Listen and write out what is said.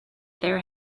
there